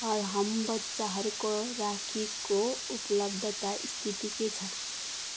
अरहम बच्चाहरूको राखीको उपलब्धता स्थिति के छ